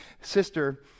sister